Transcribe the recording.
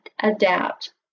adapt